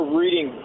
reading